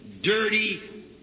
dirty